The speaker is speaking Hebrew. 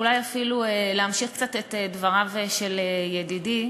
ואולי אפילו להמשיך קצת את דבריו של ידידי.